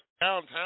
downtown